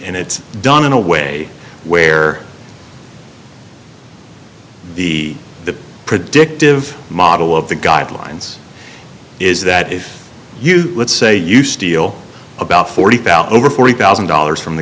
it's done in a way where the the predictive model of the guidelines is that if you let's say you steal about forty thousand dollars over forty thousand dollars from the